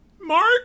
Mark